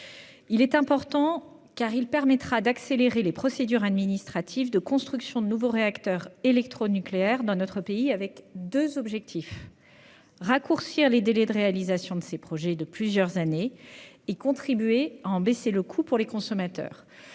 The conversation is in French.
est important, car il permettra d'accélérer les procédures administratives de construction de nouveaux réacteurs électronucléaires dans notre pays, avec deux objectifs : raccourcir de plusieurs années les délais de réalisation de ces projets et contribuer à en réduire le coût pour les consommateurs.